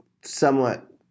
somewhat